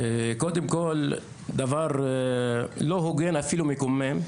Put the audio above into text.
קודם כל דבר לא הוגן, אפילו מקומם,